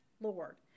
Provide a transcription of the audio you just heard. Lord